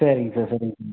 சரிங்க சார் சரிங்க சார்